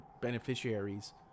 beneficiaries